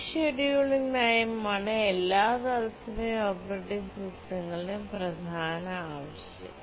ഈ ഷെഡ്യൂളിംഗ് നയമാണ് എല്ലാ തത്സമയ ഓപ്പറേറ്റിംഗ് സിസ്റ്റങ്ങളുടെയും പ്രധാന ആവശ്യം